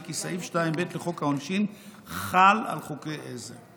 כי סעיף 2(ב) לחוק העונשין חל על חוקי עזר.